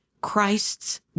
Christ's